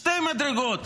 שתי מדרגות,